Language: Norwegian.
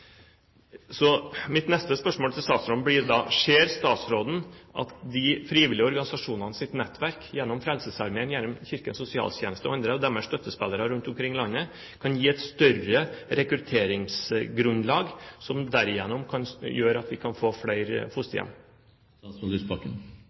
Mitt neste spørsmål til statsråden blir da: Ser statsråden at de frivillige organisasjonenes nettverk, som Frelsesarmeen, Kirkens Sosialtjeneste og andre av deres støttespillere rundt om i landet, kan gi et større rekrutteringsgrunnlag som kan gjøre at vi får flere